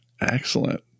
excellent